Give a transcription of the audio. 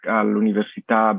all'università